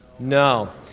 no